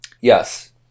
yes